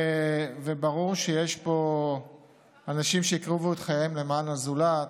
וברור שיש פה אנשים שהקריבו את חייהם למען הזולת.